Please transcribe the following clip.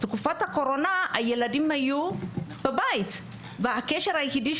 בתקופת הקורונה הילדים היו בבית והקשר היחידי